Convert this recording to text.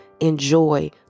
Enjoy